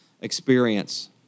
experience